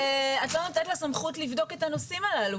את לא נותנת לה סמכות לבדוק את הנושאים הללו.